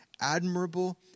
admirable